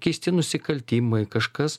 keisti nusikaltimai kažkas